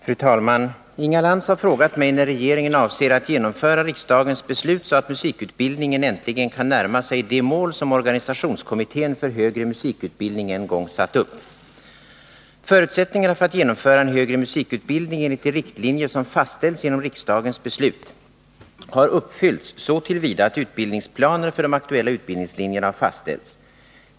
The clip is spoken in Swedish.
Fru talman! Inga Lantz har frågat mig när regeringen avser att genomföra riksdagens beslut, så att musikutbildningen äntligen kan närma sig de mål som organisationskommittén för högre musikutbildning en gång satt upp. Förutsättningarna för att genomföra en högre musikutbildning enligt de riktlinjer som fastställts genom riksdagens beslut har uppfyllts så till vida att utbildningsplaner för de aktuella utbildningslinjerna har fastställts.